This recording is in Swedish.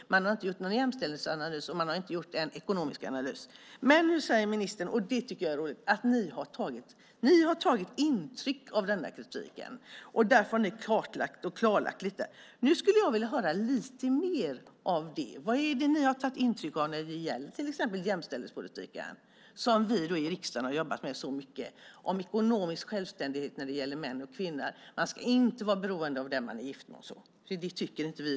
Man har inte gjort någon jämställdhetsanalys och man har inte gjort någon ekonomisk analys. Nu säger ministern - och det tycker jag är roligt - att man har tagit intryck av kritiken och därför har kartlagt och klarlagt en del. Nu skulle jag vilja höra lite mer om det. Vad har ni tagit intryck av när det gäller till exempel jämställdhetspolitiken? Det har vi jobbat med så mycket i riksdagen när det gäller ekonomisk självständighet mellan män och kvinnor. Man ska inte vara beroende av den man är gift med. Det tycker inte vi.